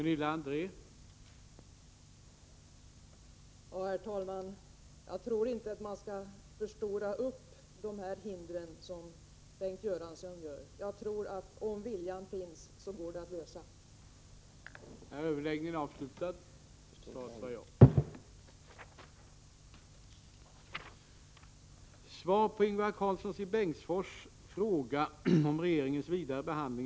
Herr talman! Jag tror inte att man skall förstora dessa hinder så som Bengt Göransson gör. Jag tror att om viljan finns, går problemet att lösa.